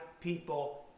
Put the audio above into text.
people